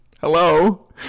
hello